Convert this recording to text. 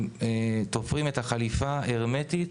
אנחנו תופרים לו את החליפה באופן הרמטי.